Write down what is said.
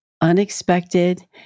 unexpected